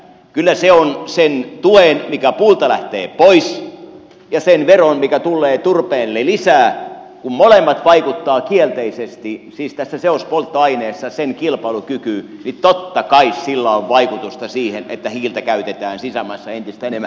kyllä se on sen tuen vaikutusta mikä puulta lähtee pois ja sen veron mikä tullee turpeelle lisää kun molemmat vaikuttavat kielteisesti siis tässä seospolttoaineessa sen kilpailukykyyn niin totta kai sillä on vaikutusta siihen että hiiltä käytetään sisämaassa entistä enemmän